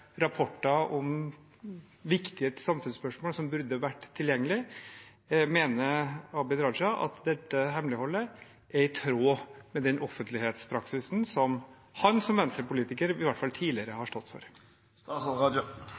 rapporter om viktige samfunnsspørsmål, som burde vært tilgjengelige. Mener Abid Raja at dette hemmeligholdet er i tråd med den offentlighetspraksisen som han som Venstre-politiker i hvert fall tidligere har stått